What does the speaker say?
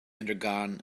undergone